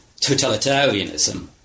totalitarianism